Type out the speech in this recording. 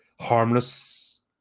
harmless